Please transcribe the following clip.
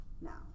now